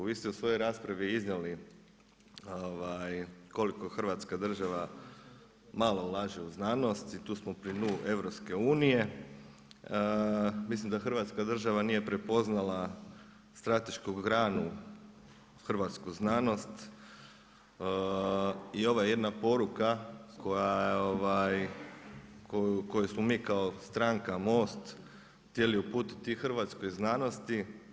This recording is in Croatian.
Vi ste u svojoj raspravi iznijeli koliko hrvatska država malo ulaže u znanost i to smo pri dnu EU-a, mislim da hrvatska država nije prepoznala stratešku granu, hrvatsku znanost i ovo je jedna poruka koju smo mi kao stranka MOST htjeli uputiti hrvatskoj znanosti.